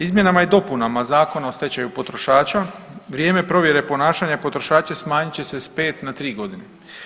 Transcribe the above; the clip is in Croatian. Izmjenama i dopunama Zakona o stečaju potrošača vrijeme provjere ponašanja potrošača smanjit će se s 5 na 3 godine.